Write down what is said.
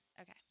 Okay